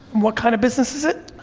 what kind of business is it?